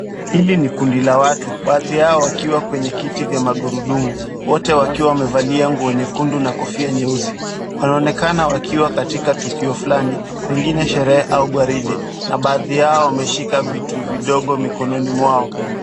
Hili ni kundi la watu baadhi yao wakiwa kwenye viti ya makurudumu wote wakiwa nguo nyekundu na kofia nyeusi wanaonekana wakiwa katika tukio fulani pengine sherehe au kwaride baadhi yao wameshika vitu vidogo mikononi mwao